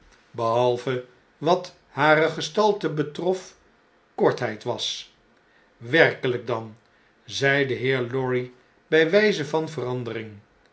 belialve wat hare gestalte betrof kortheid was fl werkelp dan zei de heer lorry bij wijze van verandering